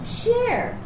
share